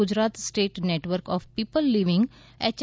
Gujarat state network of people living એય